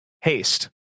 haste